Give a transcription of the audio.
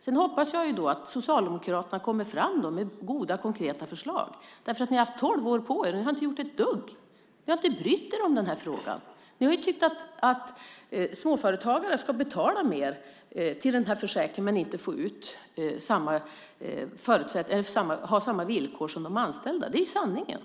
Sedan hoppas jag att Socialdemokraterna kommer med goda konkreta förslag. Ni har haft tolv år på er men inte gjort ett dugg, inte brytt er om den här frågan. Ni har tyckt att småföretagare ska betala mer till den här försäkringen men inte ha samma villkor som de anställda. Det är sanningen.